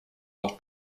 leur